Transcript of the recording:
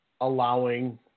allowing